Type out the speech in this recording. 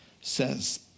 says